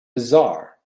bizarre